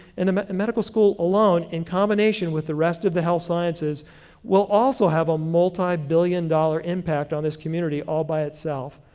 and the medical school alone in combination with the rest of the health sciences will also have a multibillion dollar impact on this community all by itself.